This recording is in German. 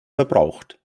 verbraucht